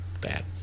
bad